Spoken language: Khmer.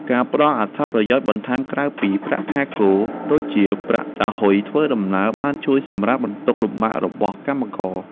ការផ្តល់អត្ថប្រយោជន៍បន្ថែមក្រៅពីប្រាក់ខែគោលដូចជាប្រាក់សោហ៊ុយធ្វើដំណើរបានជួយសម្រាលទុក្ខលំបាករបស់កម្មករ។